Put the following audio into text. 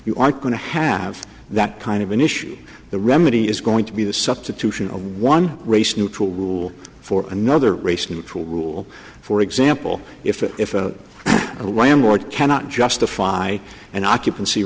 you aren't going to have that kind of an issue the remedy is going to be the substitution of one race neutral rule for another race neutral rule for example if it if a landlord cannot justify an occupancy